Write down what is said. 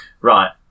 Right